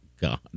god